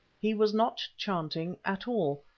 he was not chanting at all,